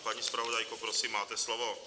Paní zpravodajko, prosím, máte slovo.